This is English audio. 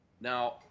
Now